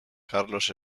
carlos